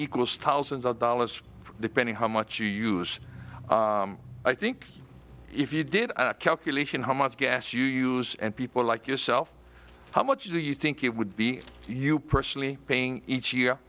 equals thousands of dollars depending how much you use i think if you did a calculation how much gas you use and people like yourself how much do you think it would be you personally paying each year